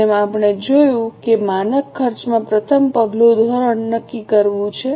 જેમ આપણે જોયું છે કે માનક ખર્ચમાં પ્રથમ પગલું ધોરણ નક્કી કરવું છે